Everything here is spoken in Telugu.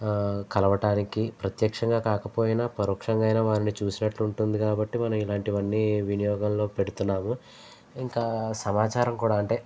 కలవటానికి ప్రత్యక్షంగా కాకపోయినా పరోక్షంగా అయినా వారిని చూసినట్లు ఉంటుంది కాబట్టి మనం ఇలాంటివన్నీ వినియోగంలో పెడుతున్నాము ఇంకా సమాచారం కూడా అంటే